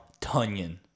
Tunyon